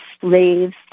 slaves